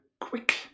quick